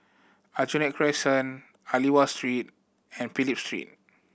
Aljunied Crescent Aliwal Street and Phillip Street